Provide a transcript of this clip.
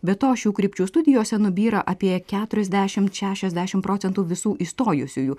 be to šių krypčių studijose nubyra apie keturiasdešimt šešiasdešimt procentų visų įstojusiųjų